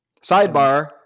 Sidebar